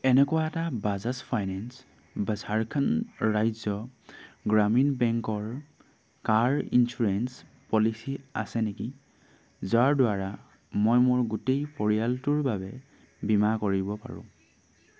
এনেকুৱা এটা বাজাজ ফাইনেন্স বা ঝাৰখণ্ড ৰাজ্য গ্ৰামীণ বেংকৰ কাৰ ইঞ্চুৰেঞ্চ পলিচী আছে নেকি যাৰ দ্বাৰা মই মোৰ গোটেই পৰিয়ালটোৰ বাবে বীমা কৰিব পাৰোঁ